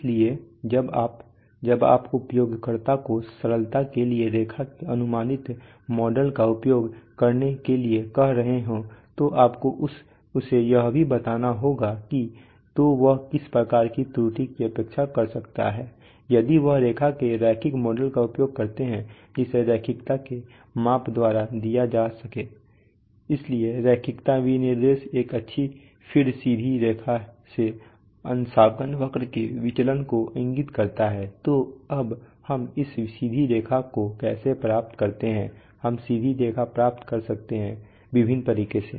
इसलिए जब आप जब आप उपयोगकर्ता को सरलता के लिए रेखा के अनुमानित मॉडल का उपयोग करने के लिए कह रहे हों तो आपको उसे यह भी बताना होगा कि तो वह किस प्रकार की त्रुटि की अपेक्षा कर सकता है यदि वह रेखा के रैखिक मॉडल का उपयोग करता है जिसे रैखिकता के माप द्वारा दिया जा सके इसलिए रैखिकता विनिर्देश एक अच्छी फ़ीड सीधी रेखा से अंशांकन वक्र के विचलन को इंगित करता है तो अब हम इस सीधी रेखा को कैसे प्राप्त करते हैं हम सीधी रेखा प्राप्त कर सकते हैं विभिन्न तरीके से